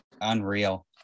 unreal